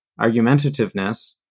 argumentativeness